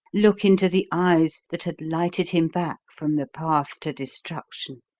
look into the eyes that had lighted him back from the path to destruction!